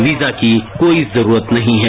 visa की कोई जरूरत नहीं है